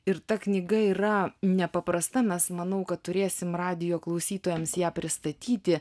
ir ta knyga yra nepaprasta mes manau kad turėsim radijo klausytojams ją pristatyti